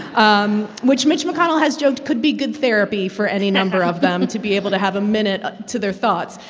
um which mitch mcconnell has joked could be good therapy for any number of them to be able to have a minute ah to their thoughts.